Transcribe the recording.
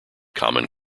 common